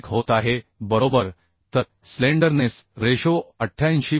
91 होत आहे बरोबर तर स्लेंडरनेस रेशो 88